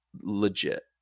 legit